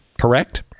correct